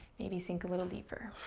maybe sink a little deeper.